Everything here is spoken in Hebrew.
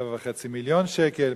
7.5 מיליון שקל.